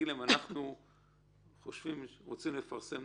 שאתם צריכים לקרוא לשני הצדדים ולהגיד להם: אנחנו רוצים לפרסם,